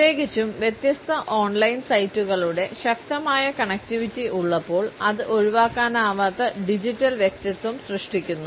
പ്രത്യേകിച്ചും വ്യത്യസ്ത ഓൺലൈൻ സൈറ്റുകളുടെ ശക്തമായ കണക്റ്റിവിറ്റി ഉള്ളപ്പോൾ അത് ഒഴിവാക്കാനാവാത്ത ഡിജിറ്റൽ വ്യക്തിത്വം സൃഷ്ടിക്കുന്നു